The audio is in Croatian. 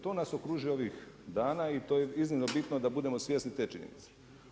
To nas okružuje ovih dana i to je iznimno bitno da budemo svjesni te činjenice.